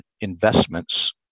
investments